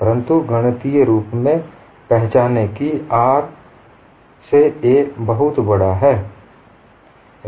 परंतु गणितीय रूप से पहचानें कि R से a बहुत बड़ा है